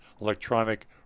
Electronic